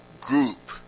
group